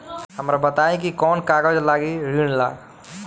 हमरा बताई कि कौन कागज लागी ऋण ला?